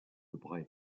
bray